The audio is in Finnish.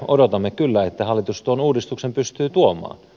odotamme kyllä että hallitus tuon uudistuksen pystyy tuomaan